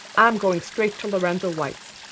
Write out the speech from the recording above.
i'm going straight to lorenzo white's.